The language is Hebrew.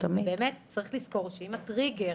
באמת צריך לזכור שאם הטריגר